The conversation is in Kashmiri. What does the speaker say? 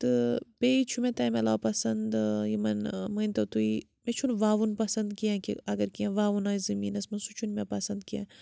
تہٕ بیٚیہِ چھُ مےٚ تَمۍ علاو پَسَنٛد یِمَن مٲنۍتو تُہۍ مےٚ چھُنہٕ وَوُن پَسَنٛد کیٚنٛہہ کہِ اَگر کیٚنٛہہ وَوُن آسہِ زمیٖنَس منٛز سُہ چھُنہٕ مےٚ پَسَنٛد کیٚنٛہہ